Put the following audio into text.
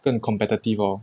更 competitive lor